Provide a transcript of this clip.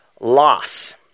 loss